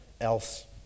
else